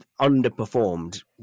underperformed